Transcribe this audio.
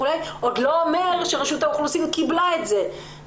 עוד לא אומר שרשות האוכלוסין קיבלה את זה.